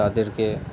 তাদেরকে